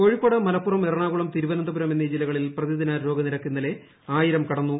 കോഴിക്കോട് മലപ്പുറം എറണാകുളം തിരുവനന്തപുരം എന്നീ ജില്ലകളിൽ പ്രതിദിന രോഗനിരക്ക് ഇന്നലെ ആയിരം കടന്നു